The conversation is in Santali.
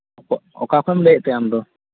ᱚᱠᱟ ᱚᱠᱟ ᱠᱷᱚᱡ ᱮᱢ ᱞᱟᱹᱭᱮᱫ ᱛᱮ ᱟᱢ ᱫᱚ